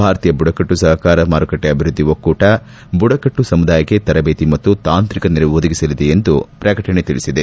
ಭಾರತೀಯ ಬುಡಕಟ್ಟು ಸಹಕಾರ ಮಾರುಕಟ್ಟೆ ಅಭಿವೃದ್ದಿ ಒಕ್ಕೂಟ ಬುಡಕಟ್ಟು ಸಮುದಾಯಕ್ಕೆ ತರಬೇತಿ ಮತ್ತು ತಾಂತ್ರಿಕ ನೆರವು ಒದಗಿಸಲಿದೆ ಎಂದು ತಿಳಿಸಿದೆ